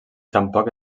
tampoc